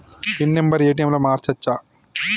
Pin number ATM లో మార్చచ్చా?